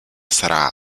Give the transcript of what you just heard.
sarà